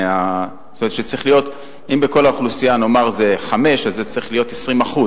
אם בכל האוכלוסייה זה 5%, זה צריך להיות 20%,